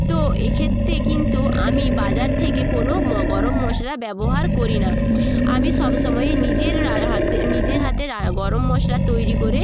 তো এক্ষেত্রে কিন্তু আমি বাজার থেকে কোনো ম গরম মশলা ব্যবহার করি না আমি সবসময়ে নিজের রা হাতে নিজের হাতে রা গরম মশলা তৈরি করে